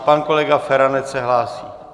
Pan kolega Feranec se hlásí.